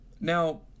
Now